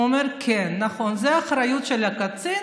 הוא אמר: כן, נכון, זאת אחריות של הקצין,